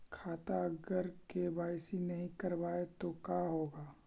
खाता अगर के.वाई.सी नही करबाए तो का होगा?